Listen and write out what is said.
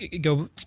go